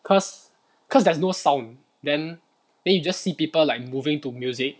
cause cause there's no song then then you just see people like moving to music